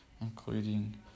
including